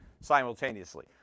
simultaneously